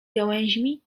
gałęźmi